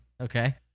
Okay